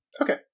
Okay